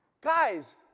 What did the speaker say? Guys